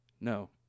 No